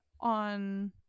on